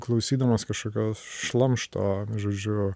klausydamas kažkokio šlamšto žodžiu